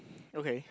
okay